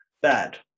bad